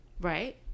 Right